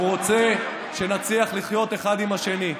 הוא רוצה שנצליח לחיות אחד עם השני.